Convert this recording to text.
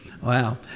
wow